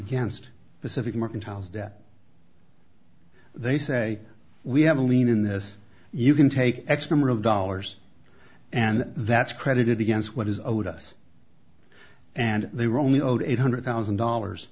against pacific mercantile debt they say we have a lien in this you can take x number of dollars and that's credited against what is owed us and they were only owed eight hundred thousand dollars